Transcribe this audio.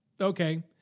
Okay